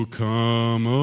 come